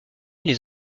les